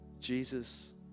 Jesus